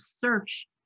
search